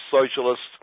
socialists